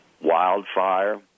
wildfire